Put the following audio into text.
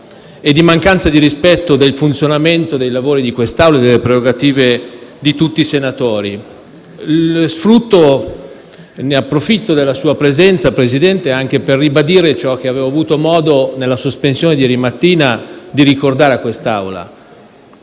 e di mancanza di rispetto del funzionamento dei lavori di questa Assemblea e delle prerogative di tutti i senatori. Approfitto della sua presenza, Presidente, anche per ribadire ciò che avevo avuto modo, nella sospensione di ieri mattina, di ricordare a questa